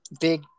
Big